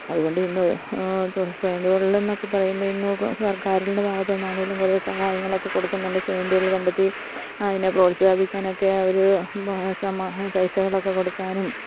അതുകൊണ്ടിന്ന് സ്വയം തൊഴിലെന്നൊക്കെ പറയുമ്പോള് ഇന്ന് സർക്കാരിൻ്റെ ഭാഗത്ത് നിന്നാണെങ്കിലും കുറെ സഹായങ്ങളൊക്കെ കൊടുക്കുന്നുണ്ട് സ്വയം തൊഴില് കണ്ടെത്തി അതിനെ പ്രോത്സാഹിപ്പിക്കാനൊക്കെ ഒരൂ പൈസകളൊക്കെ കൊടുക്കാനും